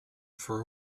for